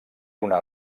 una